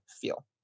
feel